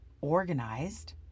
organized